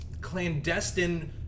clandestine